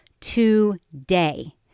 today